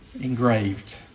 engraved